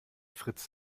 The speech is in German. fritz